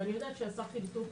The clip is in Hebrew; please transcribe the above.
ואני יודעת שהשר חילי טרופר,